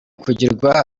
kugirwa